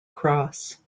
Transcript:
cross